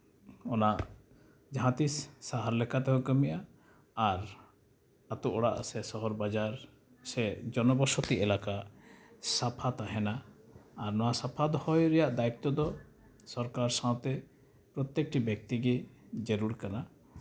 ᱚᱱᱟ ᱡᱟᱦᱟᱸ ᱛᱤᱥ ᱥᱟᱦᱟᱨ ᱞᱮᱠᱟ ᱛᱮᱦᱚᱸ ᱠᱟᱹᱢᱤᱜᱼᱟ ᱟᱨ ᱟᱛᱳ ᱚᱲᱟᱜ ᱥᱮ ᱥᱚᱦᱚᱨ ᱵᱟᱡᱟᱨ ᱥᱮ ᱡᱚᱱᱚ ᱵᱚᱥᱚᱛᱤ ᱮᱞᱟᱠᱟ ᱥᱟᱯᱷᱟ ᱛᱟᱦᱮᱱᱟ ᱟᱨ ᱱᱚᱣᱟ ᱥᱟᱯᱷᱟ ᱫᱚᱦᱚᱭ ᱨᱮᱭᱟᱜ ᱫᱟᱭᱤᱛᱛᱚ ᱫᱚ ᱥᱚᱨᱠᱟᱨ ᱥᱟᱶᱛᱮ ᱯᱨᱚᱛᱮᱠᱴᱤ ᱵᱮᱠᱛᱤ ᱜᱮ ᱡᱟᱹᱨᱩᱲ ᱠᱟᱱᱟ